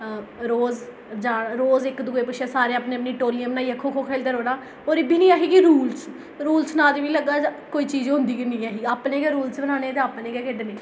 रोजोरोज इक दुए पिच्छें सारें अपनियां अपनियां टोल्लियां बनाइयै खो खो खेलदे रौह्ना और एह्बी नेईं जे रूलस नां दी मिगी लगदा कोई चीज होंदी गै नेई ही अपने गै रूलस बनाने ते अपने गै खेढने